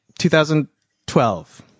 2012